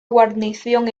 guarnición